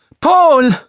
Paul